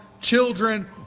children